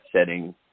setting